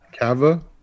Kava